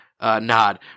nod